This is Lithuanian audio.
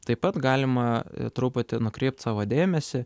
taip pat galima truputį nukreipt savo dėmesį